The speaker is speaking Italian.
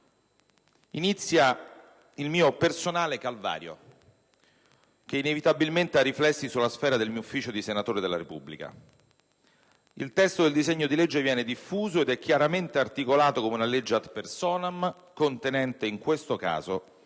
Inizia il mio personale calvario che, inevitabilmente, ha riflessi sulla sfera del mio ufficio di senatore della Repubblica. Il testo del disegno di legge viene diffuso ed è chiaramente articolato come una legge *ad personam* contenente, in questo caso,